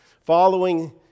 Following